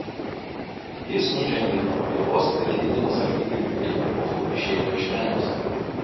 jis nužengė nuo pakylos ir lydimas sargybinių bei eunuchų išėjo iš menės